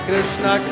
Krishna